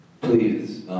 please